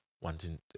wanting